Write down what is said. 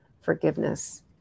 forgiveness